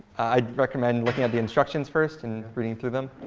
i'd recommend looking at the instructions first and reading through them.